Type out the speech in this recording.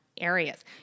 areas